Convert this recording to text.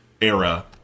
era